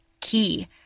key